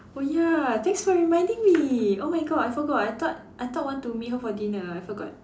oh ya thanks for reminding me oh my god I forgot I thought I thought want to meet her for dinner I forgot